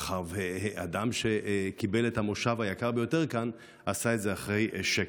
מאחר שאדם שקיבל את המושב היקר ביותר כאן עשה את זה אחרי שקר.